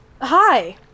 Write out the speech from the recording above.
hi